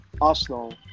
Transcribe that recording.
Arsenal